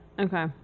Okay